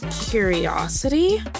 Curiosity